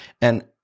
and-